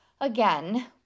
again